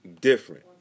different